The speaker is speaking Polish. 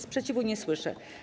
Sprzeciwu nie słyszę.